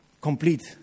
complete